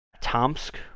Tomsk